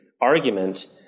argument